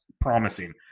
promising